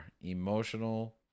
Emotional